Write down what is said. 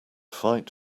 fight